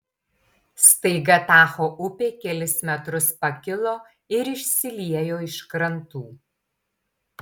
staiga tacho upė kelis metrus pakilo ir išsiliejo iš krantų